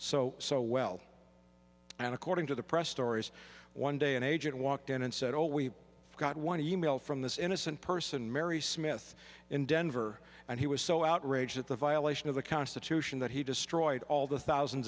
so so well and according to the press stories one day an agent walked in and said oh we got one e mail from this innocent person mary smith in denver and he was so outraged at the violation of the constitution that he destroyed all the thousands